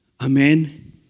Amen